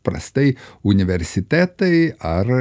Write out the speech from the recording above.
prastai universitetai ar